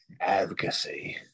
Advocacy